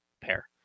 pair